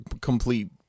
complete